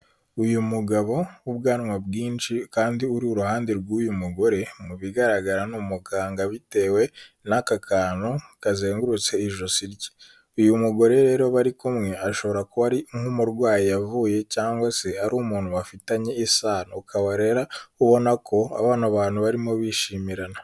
Uyu mugabo w'ubwanwa bwinshi kandi uri iruhande rw'uyu mugore mu bigaragara ni umuganga bitewe n'aka kantu kazengurutse ijosi rye, uyu mugore rero bari kumwe ashobora kuba ari nk'umurwayi yavuye cyangwa se ari umuntu bafitanye isano ukaba rero ubona ko bano bantu barimo bishimirana.